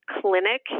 clinic